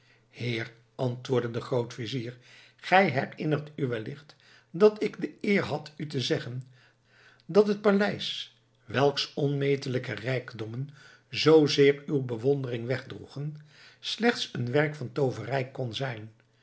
heer antwoordde de grootvizier gij herinnert u wellicht dat ik de eer had u te zeggen dat het paleis welks onmetelijke rijkdommen zoozeer uw bewondering wegdroegen slechts een werk van tooverij kon zijn